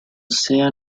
sea